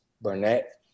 Burnett